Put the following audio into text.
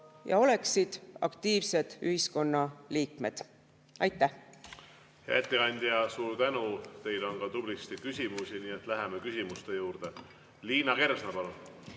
ja oleksid aktiivsed ühiskonnaliikmed. Aitäh!